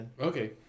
Okay